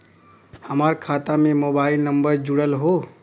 हमार खाता में मोबाइल नम्बर जुड़ल हो?